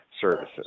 services